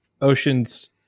oceans